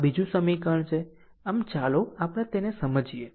આ બીજું સમીકરણ છે આમ ચાલો આપણે તેને સમજીએ